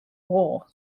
war